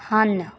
ਹਨ